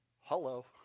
Hello